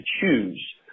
choose